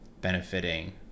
benefiting